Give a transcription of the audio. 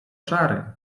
czary